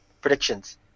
predictions